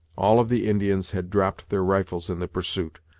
all of the indians had dropped their rifles in the pursuit,